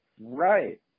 Right